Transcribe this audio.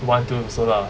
want to also lah